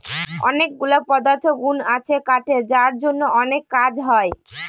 অনেকগুলা পদার্থগুন আছে কাঠের যার জন্য অনেক কাজ হয়